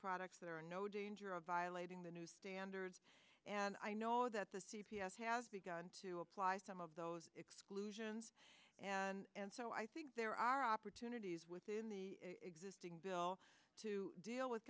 products that are in no danger of violating the new standards and i know that the c p s has begun to apply some of those exclusions and so i think there are opportunities within the existing bill to deal with